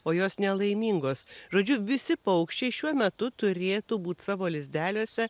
o jos nelaimingos žodžiu visi paukščiai šiuo metu turėtų būt savo lizdeliuose